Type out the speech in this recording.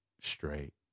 straight